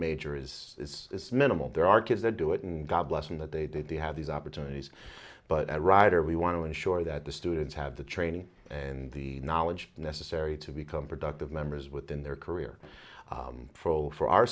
major is minimal there are kids that do it and god bless them that they do have these opportunities but at ryder we want to ensure that the students have the training and the knowledge necessary to become productive members within their career for all for our